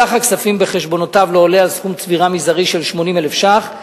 סך הכספים בחשבונותיו לא עולה על סכום צבירה מזערי של 80,000 שקל,